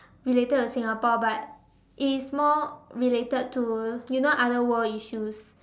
related to Singapore but it is more related to you know other world issues